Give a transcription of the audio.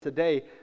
today